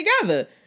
together